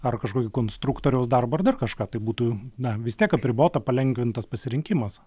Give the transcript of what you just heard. ar kažkokį konstruktoriaus darbą ar dar kažką tai būtų na vis tiek apribota palengvintas pasirinkimas